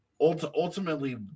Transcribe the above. ultimately